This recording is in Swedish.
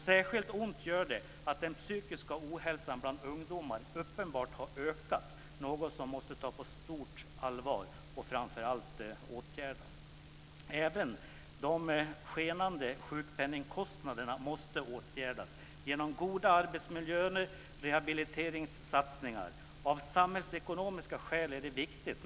Särskilt ont gör det att den psykiska ohälsan bland ungdomar uppenbarligen har ökat, något som måste tas på stort allvar och framför allt åtgärdas. Även de skenande sjukpenningkostnaderna måste åtgärdas genom goda arbetsmiljöer och rehabiliteringssatsningar. Av samhällsekonomiska skäl är det viktigt.